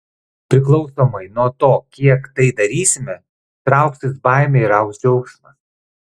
priklausomai nuo to kiek tai darysime trauksis baimė ir augs džiaugsmas